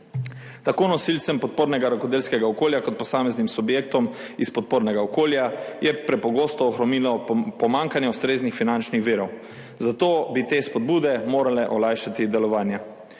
Tako nosilce podpornega rokodelskega okolja kot posamezne subjekte iz podpornega okolja je prepogosto ohromilo pomanjkanje ustreznih finančnih virov, zato bi te spodbude morale olajšati delovanje.